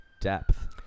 depth